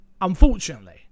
unfortunately